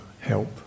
Help